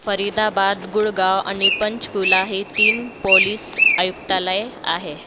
फरीदाबाद गुळगाव आणि पंचकुला हे तीन पोलीस आयुक्तालय आहे